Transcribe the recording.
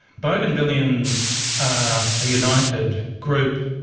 bougainvilleans are a united group.